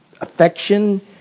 affection